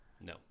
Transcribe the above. No